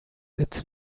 its